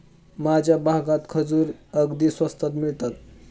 माझ्या भागात खजूर अगदी स्वस्तात मिळतात